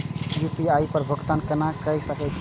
हम यू.पी.आई पर भुगतान केना कई सकब?